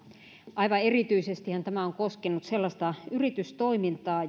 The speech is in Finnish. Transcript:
aivan erityisestihän tämä on koskenut sellaista yritystoimintaa